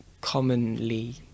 commonly